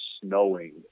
snowing